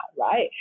right